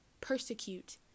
persecute